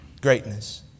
greatness